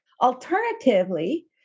Alternatively